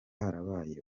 harabaye